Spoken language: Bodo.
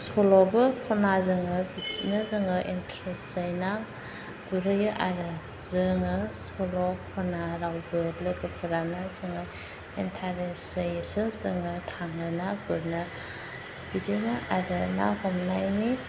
सल'बो खना जोङो बिदिनो जोङो इन्टारेस्ट जायो ना गुरहैयो आरो जोङो सल' खना रावबो लोगोफोरानो जोङो इन्टारेस्ट जायोसो जोङो थाङो ना गुरनो बिदिनो आरो ना हमनायनि